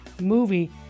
movie